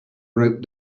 rope